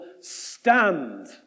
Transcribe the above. stand